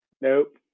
Nope